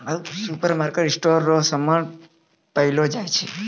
सुपरमार्केटमे स्टोर रो समान पैलो जाय छै